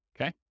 Okay